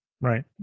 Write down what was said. Right